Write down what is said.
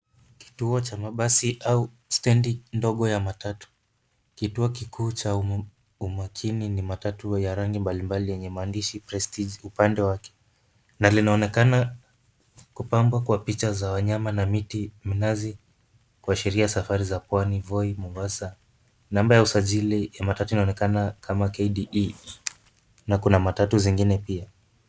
Kituo cha mabasi au stendi ndogo ya matatu. Kituo kikuu cha umakini ni matatu ya rangi mbalimbali yenye maandishi prestige upande wake, na linaonakana kupambwa kwa picha za wanyama na miti, mnazi, kuashiria safari za pwani, Voi, Mombasa. Namba ya usajili ya matatu inaonekana kama KDE, na kuna matatu zingine pia.